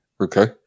Okay